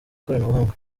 koranabuhanga